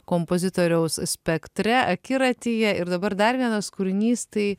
kompozitoriaus spektre akiratyje ir dabar dar vienas kūrinys tai